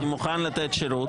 אני מוכן לתת שירות.